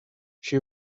she